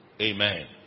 Amen